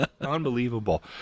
Unbelievable